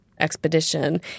expedition